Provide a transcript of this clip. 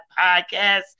podcast